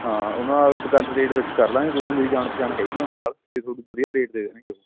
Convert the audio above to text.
ਹਾਂ ਉਹਨਾ ਨਾਲ ਗੱਲ ਰੇਟ ਫਿਕਸ ਕਰ ਲਾਂਗੇ ਕੋਈ ਨਹੀਂ ਮੇਰੀ ਜਾਣ ਪਛਾਣ ਹੈਗੀ ਹੈ ਉਹਨਾ ਨਾਲ ਅਤੇ ਤੁਹਾਨੂੰ ਵਧੀਆ ਰੇਟ ਦੇ ਦੇਣਗੇ ਉਹ